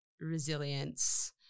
resilience –